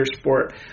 sport